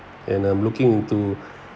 and I'm looking into